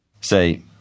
Say